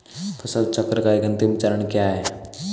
फसल चक्र का अंतिम चरण क्या है?